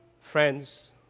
Friends